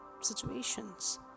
situations